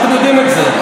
אתם יודעים את זה.